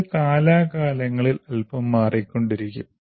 ഇത് കാലാകാലങ്ങളിൽ അല്പം മാറിക്കൊണ്ടിരിക്കും